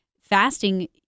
fasting